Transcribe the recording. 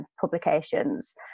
publications